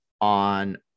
on